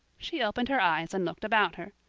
she opened her eyes and looked about her.